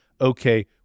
okay